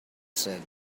said